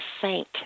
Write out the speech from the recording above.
saint